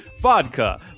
Vodka